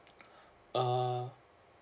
uh